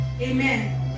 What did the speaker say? Amen